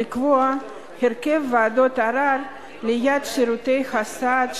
לקבוע הרכב ועדות ערר ליד שירותי הסעד,